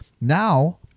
Now